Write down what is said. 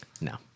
No